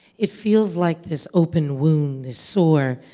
it feels like this open wound, this sore.